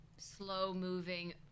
slow-moving